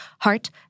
heart